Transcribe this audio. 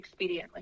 expediently